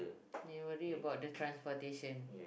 you worry about the transportation